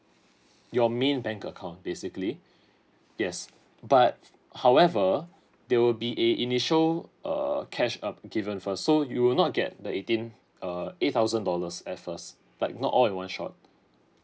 your main bank account basically yes but however there will be a initial err cash uh given for so you will not get the eighteenth err eight thousand dollars at first like not all one shot